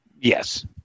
Yes